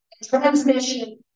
transmission